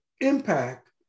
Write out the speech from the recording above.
impact